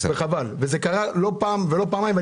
זה קורה לא פעם ולא פעמיים,